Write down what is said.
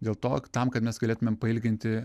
dėl to tam kad mes galėtumėm pailginti